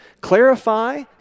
Clarify